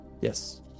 Yes